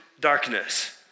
darkness